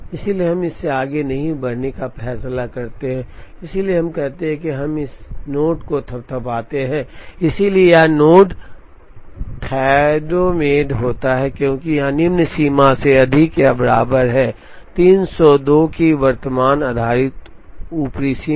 इसलिए हम इससे आगे नहीं बढ़ने का फैसला करते हैं इसलिए हम कहते हैं कि हम इस नोड को थपथपाते हैं इसलिए यह नोड थैथोमेड होता है क्योंकि यहां पर निम्न सीमा से अधिक या बराबर है 302 की वर्तमान आधारित ऊपरी सीमा